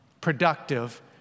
productive